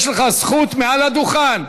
יש לך זכות מעל הדוכן,